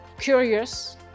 curious